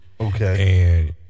Okay